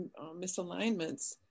misalignments